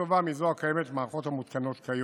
טובה מזו הקיימת במערכות המותקנות כיום.